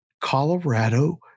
Colorado